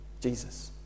Jesus